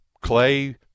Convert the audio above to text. Clay